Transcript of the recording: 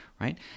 right